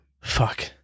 fuck